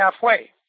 halfway